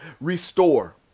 Restore